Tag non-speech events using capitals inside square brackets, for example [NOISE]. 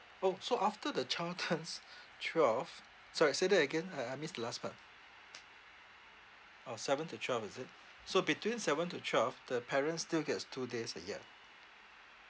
!ow! so after the child turns [LAUGHS] twelve sorry say that again uh I missed the last part orh seven to twelve is it so between seven to twelve the parents still gets two days a year